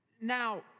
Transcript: Now